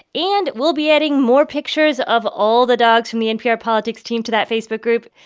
and we'll be adding more pictures of all the dogs in the npr politics team to that facebook group.